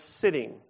sitting